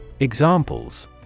Examples